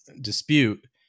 dispute